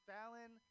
Fallon